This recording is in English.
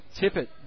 Tippett